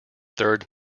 third